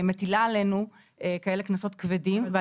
מטילה עלינו כאלה קנסות כבדים.